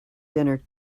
dinner